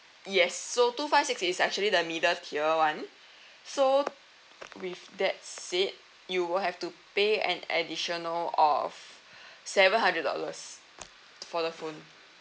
yes so two five six is actually the middle tier one so with that said you will have to pay an additional of seven hundred dollars for the phone